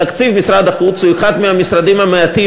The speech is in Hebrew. תקציב משרד החוץ הוא אחד מהתקציבים המעטים